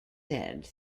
said